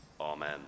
Amen